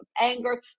anger